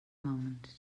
moment